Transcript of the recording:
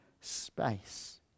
space